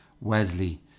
Wesley